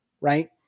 right